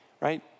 right